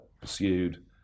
pursued